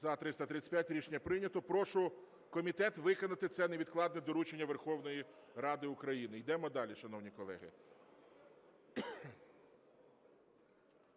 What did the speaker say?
За-335 Рішення прийнято. Прошу комітет виконати це невідкладне доручення Верховної Ради України. Йдемо далі, шановні колеги.